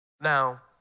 Now